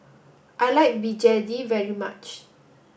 I like Begedil very much